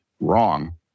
wrong